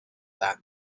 that